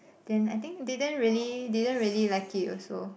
then I think didn't really didn't really like it also